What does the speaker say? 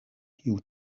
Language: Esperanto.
tiu